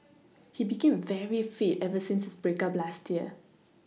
he became very fit ever since his break up last year